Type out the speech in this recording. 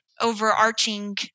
overarching